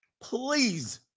Please